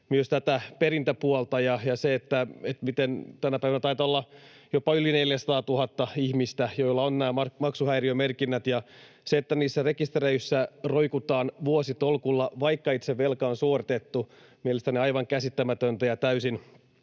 myös tätä perintäpuolta. Tänä päivänä taitaa olla jopa yli 400 000 ihmistä, joilla on nämä maksuhäiriömerkinnät, ja se, että niissä rekistereissä roikutaan vuositolkulla, vaikka itse velka on suoritettu, on mielestäni aivan käsittämätöntä ja täysin